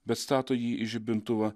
bet stato jį į žibintuvą